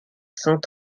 cent